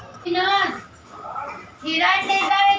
मी चालू खाते उघडू शकतो का?